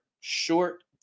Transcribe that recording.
short